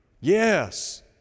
Yes